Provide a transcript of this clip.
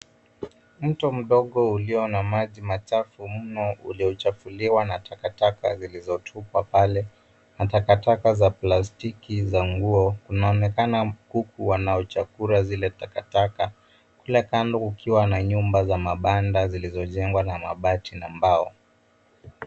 Mto mdogo ulio na maji machafu mno uliochafuliwa na takataka zilizotupwa pale na takataka za plastiki za nguo. Kunaonekana kuku wanaochakura zile takataka. Kule kando kukiwa na nyumba za mabanda zilzojengwa na mabati na mbao.